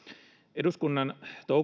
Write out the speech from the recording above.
eduskunnan toukokuussa